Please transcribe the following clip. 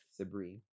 sabri